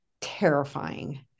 terrifying